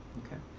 okay?